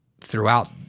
throughout